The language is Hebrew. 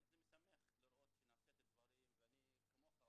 זה משמח שנעשים דברים ואני כמוך,